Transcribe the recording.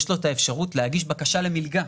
יש לו את האפשרות להגיש בקשה למלגה.